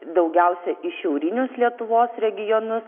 daugiausia į šiaurinius lietuvos regionus